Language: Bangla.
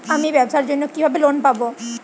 আমি ব্যবসার জন্য কিভাবে লোন পাব?